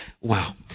Wow